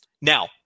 now